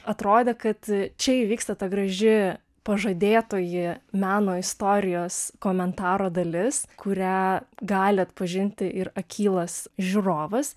atrodė kad čia įvyksta ta graži pažadėtoji meno istorijos komentaro dalis kurią gali atpažinti ir akylas žiūrovas